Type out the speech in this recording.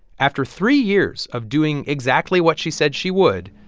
after three years of doing exactly what she said she would,